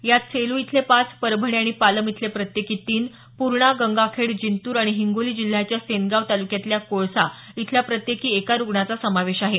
यात सेलू इथले पाच परभणी आणि पालम इथले प्रत्येकी तीन पूर्णा गंगाखेड जिंतूर आणि हिंगोली जिल्ह्याच्या सेनगाव तालुक्यातल्या कोळसा इथल्या प्रत्येकी एका रुग्णाचा समावेश आहे